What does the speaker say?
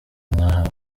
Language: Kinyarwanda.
mwahawe